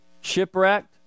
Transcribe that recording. shipwrecked